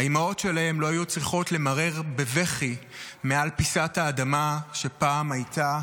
האימהות שלהם לא היו צריכות למרר בבכי מעל פיסת האדמה שפעם הייתה